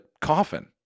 coffin